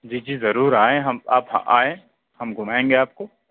جی جی ضرور آئیں ہم آپ آئیں ہم گُھمائیں گے آپ کو